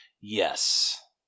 Yes